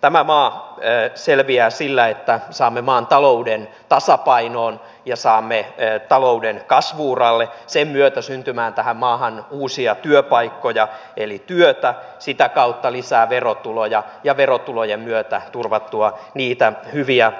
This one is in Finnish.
tämä maa selviää sillä että saamme maan talouden tasapainoon ja saamme talouden kasvu uralle sen myötä syntymään tähän maahan uusia työpaikkoja eli työtä sitä kautta lisää verotuloja ja verotulojen myötä turvattua niitä hyviä